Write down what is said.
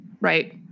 right